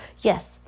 Yes